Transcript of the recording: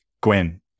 Gwen